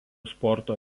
sporto